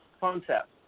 concept